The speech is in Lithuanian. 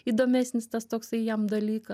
įdomesnis tas toksai jam dalyka